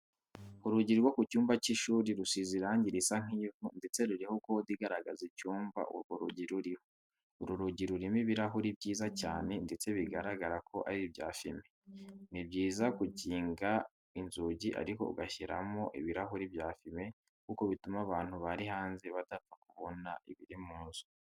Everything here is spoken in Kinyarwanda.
Urugi rwo ku cyumba cy'ishuri rusize irangi risa nk'ivu ndetse ruriho code igaragaza icyumba urwo rugi ruriho. Uru rugi rurimo ibirahuri byiza cyane ndetse bigaragara ko ari ibya fime. Ni byiza gukinga inzugi ariko ugashyiramo ibirahuri bya fime kuko bituma abantu bari hanze badapfa kubona ibiri mu nzu.